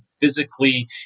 physically